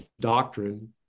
doctrine